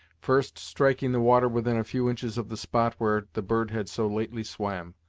first striking the water within a few inches of the spot where the bird had so lately swam.